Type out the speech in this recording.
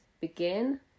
Begin